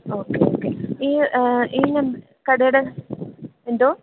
okay okay ഈ ഈ കടയുടെ എന്തോ